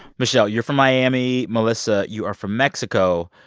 mishel, you're from miami. melissa, you are from mexico.